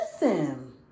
Listen